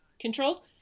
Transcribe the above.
control